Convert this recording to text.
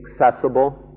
accessible